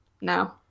No